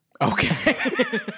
Okay